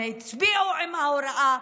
הם הצביעו עם ההוראה,